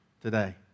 today